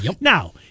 Now